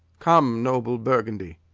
come, noble burgundy.